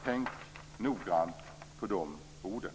Tänk noga på de orden!